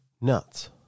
nuts